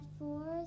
four